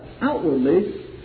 outwardly